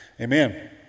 amen